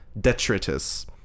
Detritus